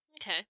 Okay